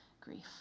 grief